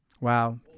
wow